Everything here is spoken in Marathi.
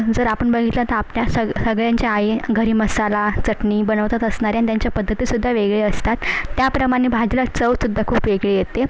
जर आपण बघितलं तर आपल्या सग सगळ्यांच्या आई घरी मसाला चटणी बनवतच असणार आहे आणि त्यांच्या पद्धतीसुद्धा वेगळी असतात त्याप्रमाणे भाजीला चवसुद्धा खूप वेगळी येते